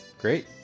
great